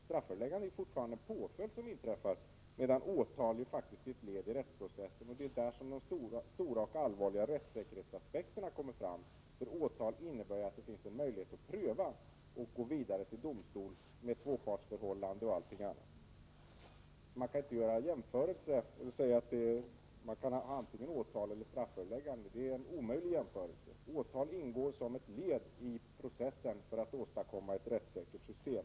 Strafföreläggande är fortfarande en påföljd, vilket inte åtal är. Åtal är ett led i rättsprocessen. Det är där de stora och allvarliga rättssäkerhetsaspekterna kommer fram. Åtal innebär nämligen att det finns en möjlighet till prövning, att gå vidare till domstol med tvåpartsförhållande och annat. Därför är det omöjligt att göra jämförelser mellan åtal och strafföreläggande. Åtal ingår som ett led i processen för att åstadkomma ett rättssäkert system.